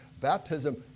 Baptism